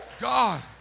God